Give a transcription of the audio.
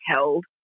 held